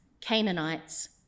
Canaanites